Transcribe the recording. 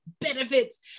benefits